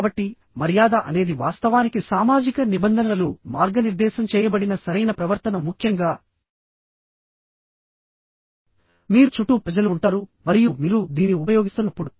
కాబట్టి మర్యాద అనేది వాస్తవానికి సామాజిక నిబంధనలు మార్గనిర్దేశం చేయబడిన సరైన ప్రవర్తన ముఖ్యంగా మీరు చుట్టూ ప్రజలు ఉంటారు మరియు మీరు దీన్ని ఉపయోగిస్తున్నప్పుడు